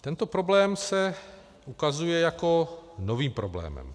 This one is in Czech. Tento problém se ukazuje jako nový problém.